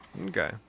Okay